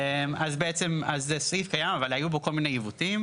זה סעיף קיים אבל היו בו כל מיני עיוותים.